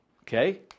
Okay